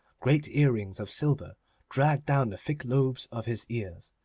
great earrings of silver dragged down the thick lobes of his ears,